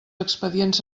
expedients